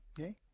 Okay